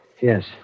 Yes